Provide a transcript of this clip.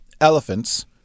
Elephants